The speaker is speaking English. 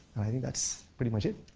i think that's pretty much it.